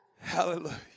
Hallelujah